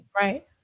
Right